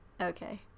Okay